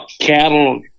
cattle